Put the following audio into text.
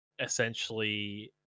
essentially